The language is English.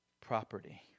property